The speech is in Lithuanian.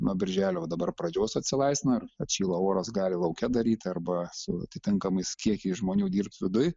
nuo birželio va dabar pradžios atsilaisvina ir atšyla oras gali lauke daryt arba su atitinkamais kiekiais žmonių dirbt viduj